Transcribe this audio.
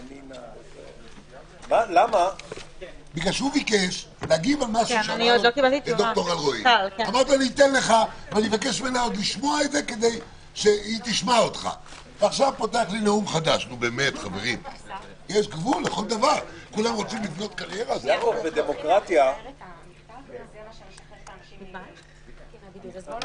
הישיבה ננעלה בשעה 12:35.